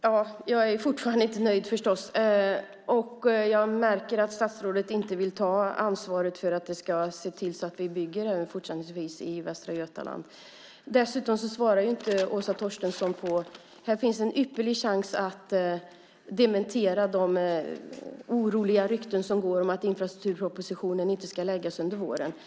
Herr talman! Jag är fortfarande inte nöjd, förstås. Jag märker att statsrådet inte vill ta ansvaret för att se till att vi fortsättningsvis bygger i Västra Götaland. Dessutom svarar inte Åsa Torstensson. Här finns en ypperlig chans att dementera de oroliga rykten som går om att infrastrukturpropositionen inte ska läggas fram under våren.